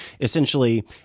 essentially